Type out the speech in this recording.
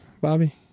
Bobby